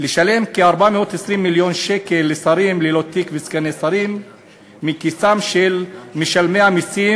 לשלם כ-420 מיליון שקל לשרים ללא תיק וסגני שרים מכיסם של משלמי המסים,